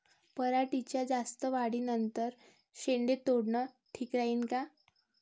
पराटीच्या जास्त वाढी नंतर शेंडे तोडनं ठीक राहीन का?